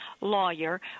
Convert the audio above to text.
lawyer